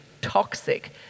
toxic